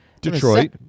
Detroit